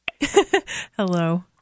Hello